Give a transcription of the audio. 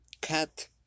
cat